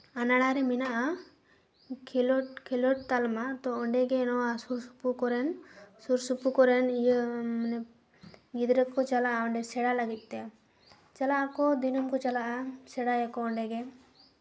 ᱟᱱᱟᱲᱟ ᱨᱮ ᱢᱮᱱᱟᱜᱼᱟ ᱠᱷᱮᱞᱳᱰ ᱠᱷᱮᱞᱳᱰ ᱛᱟᱞᱢᱟ ᱛᱚ ᱚᱸᱰᱮᱜᱮ ᱱᱚᱣᱟ ᱥᱩᱨ ᱥᱩᱯᱩᱨ ᱠᱚᱨᱮᱱ ᱥᱩᱨ ᱥᱩᱯᱩᱨ ᱠᱚᱨᱮᱱ ᱤᱭᱟᱹ ᱜᱤᱫᱽᱨᱟᱹ ᱠᱚ ᱪᱟᱞᱟᱜᱼᱟ ᱚᱸᱰᱮ ᱥᱮᱬᱟ ᱞᱟᱹᱜᱤᱫ ᱛᱮ ᱪᱟᱞᱟᱜ ᱟᱠᱚ ᱫᱤᱱᱟᱹᱢ ᱠᱚ ᱪᱟᱞᱟᱜᱼᱟ ᱥᱮᱬᱟᱭᱟᱠᱚ ᱚᱸᱰᱮᱜᱮ